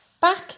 Back